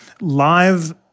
live